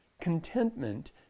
Contentment